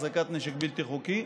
החזקת נשק בלתי חוקי,